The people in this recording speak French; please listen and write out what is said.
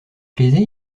plaisez